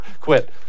quit